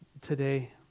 today